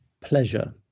pleasure